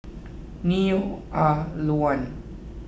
Neo Ah Luan